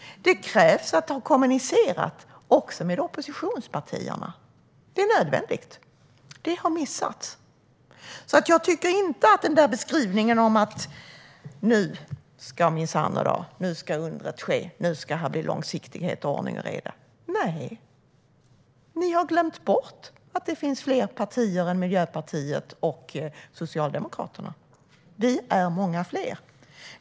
Det krävs att man har kommunicerat också med oppositionspartierna. Det är nödvändigt. Det har missats. Jag tycker inte att beskrivningen stämmer att nu minsann ska undret ske och nu ska det bli långsiktighet och ordning och reda. Nej, ni har glömt bort att det finns fler partier än Miljöpartiet och Socialdemokraterna. Vi är många fler.